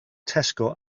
tesco